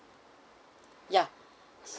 ya